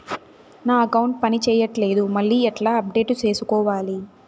నా అకౌంట్ పని చేయట్లేదు మళ్ళీ ఎట్లా అప్డేట్ సేసుకోవాలి?